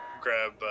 grab